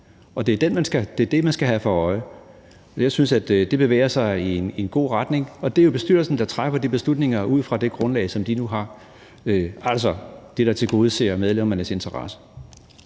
det er det, man skal have for øje. Jeg synes, at det bevæger sig i en god retning. Og det er jo bestyrelsen, der træffer sine beslutninger ud fra det grundlag, som den nu har, altså om det tilgodeser medlemmernes interesser.